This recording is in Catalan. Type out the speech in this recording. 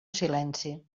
silenci